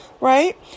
Right